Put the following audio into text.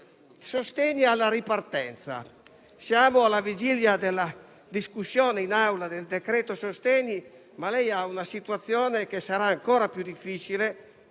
sostegni alla ripartenza, siamo alla vigilia della discussione in Aula del cosiddetto decreto-legge sostegni, ma lei ha una situazione che sarà ancora più difficile